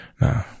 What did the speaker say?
no